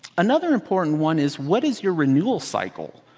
another important one is what is your renewal cycle.